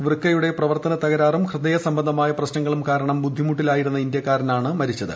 വൃക്കയുടെ പ്രവർത്തന് തകർാറും ഹൃദയ സംബന്ധമായ പ്രശ്നങ്ങളും കാരണം ബ്ലുദ്ധിമുട്ടിലായിരുന്ന ഇന്ത്യാക്കാരനാണ് മരണമടഞ്ഞത്